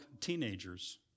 teenagers